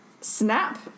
snap